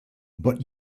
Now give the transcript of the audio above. but